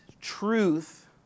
truth